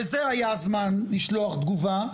לזה היה זמן לשלוח תגובה,